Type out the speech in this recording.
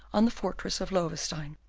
on the fortress of loewestein.